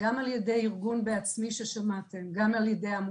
גם על ידי ארגון "בעצמי" ששמעתן עליו,